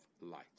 light